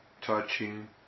touching